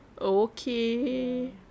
Okay